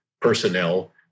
personnel